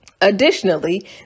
Additionally